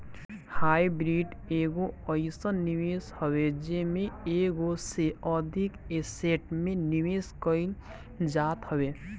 hybrid एगो अइसन निवेश हवे जेमे एगो से अधिक एसेट में निवेश कईल जात हवे